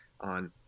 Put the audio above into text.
on